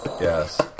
Yes